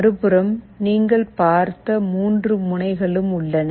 மறுபுறம் நீங்கள் பார்த்த 3 முனைகளும் உள்ளன